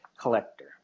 collector